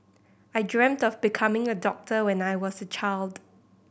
I dreamt of becoming a doctor when I was a child